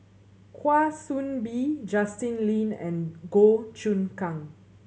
Kwa Soon Bee Justin Lean and Goh Choon Kang